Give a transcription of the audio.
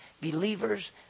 believers